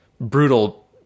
brutal